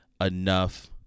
enough